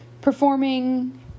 performing